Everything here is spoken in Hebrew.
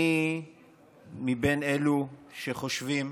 אני מבין אלו שחושבים